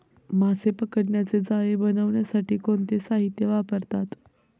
मासे पकडण्याचे जाळे बनवण्यासाठी कोणते साहीत्य वापरतात?